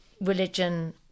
religion